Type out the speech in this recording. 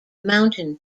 mountain